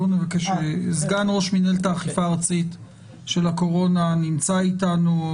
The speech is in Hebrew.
סגן ראש מנהלת האכיפה הארצית של הקורונה נמצא איתנו,